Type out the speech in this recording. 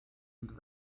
und